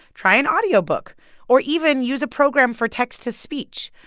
try an audio book or even use a program for text to speech.